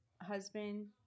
husband